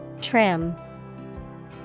Trim